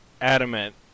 adamant